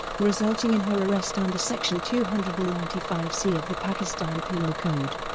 resulting in her arrest under section two hundred and ninety five c of the pakistan penal code.